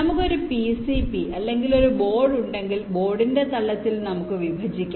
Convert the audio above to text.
നമുക്ക് ഒരു PCB അല്ലെങ്കിൽ ഒരു ബോർഡ് ഉണ്ടെങ്കിൽ ബോർഡിന്റെ തലത്തിൽ നമുക്ക് വിഭജിക്കാം